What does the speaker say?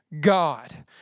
God